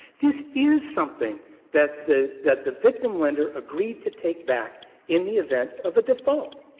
this is something that the that the victim lender agreed to take back in the event of a default.